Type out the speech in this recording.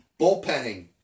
bullpenning